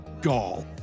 gall